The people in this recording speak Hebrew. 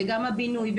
וגם הבינוי,